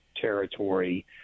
territory